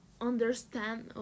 understand